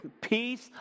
Peace